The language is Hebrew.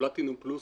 פלטינום פלוס,